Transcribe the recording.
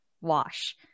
wash